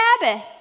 Sabbath